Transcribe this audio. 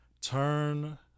turn